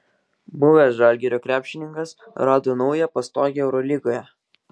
buvęs žalgirio krepšininkas rado naują pastogę eurolygoje